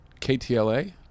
KTLA